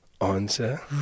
answer